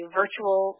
virtual